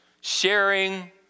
sharing